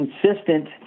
consistent